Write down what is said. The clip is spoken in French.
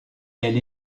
elle